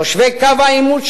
תושבי קו העימות,